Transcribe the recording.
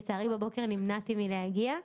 לצערי בבוקר נמנעתי מלהגיע.